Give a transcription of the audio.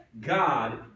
God